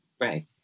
right